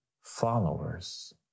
followers